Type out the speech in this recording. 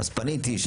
פניתי,